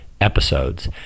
episodes